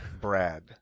Brad